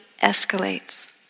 escalates